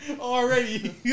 Already